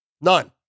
None